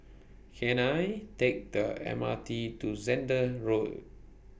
Can I Take The M R T to Zehnder Road